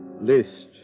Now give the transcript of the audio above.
List